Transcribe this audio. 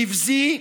נבזי.